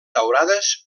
daurades